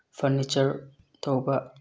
furniture ꯇꯧꯕ